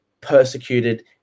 persecuted